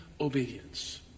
obedience